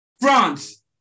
France